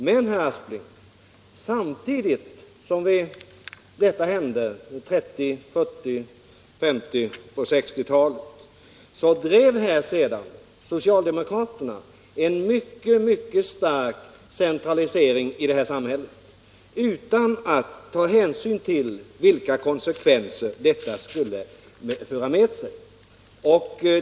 Men, herr Aspling, samtidigt som detta hände på 1930-, 1940-, 1950 och 1960-talen drev socialdemokraterna en mycket stark centralisering i detta samhälle utan att ta hänsyn till vilka konsekvenser det skulle föra med sig.